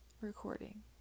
recording